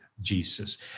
Jesus